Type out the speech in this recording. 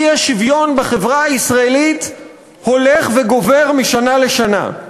האי-שוויון בחברה הישראלית הולך וגובר משנה לשנה.